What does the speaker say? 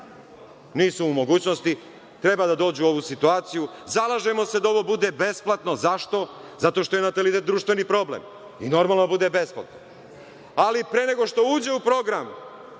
nisu u mogućnosti, treba da dođu u ovu situaciju. Zalažemo se da ovo bude besplatno. Zašto? Zato što je natalitet društveni problem i normalno je da bude besplatno. Ali, pre nego što uđe u program